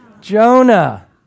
Jonah